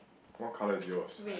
what colour is yours